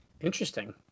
Interesting